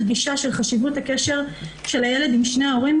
גישה של חשיבות הקשר של הילד עם שני ההורים,